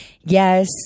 Yes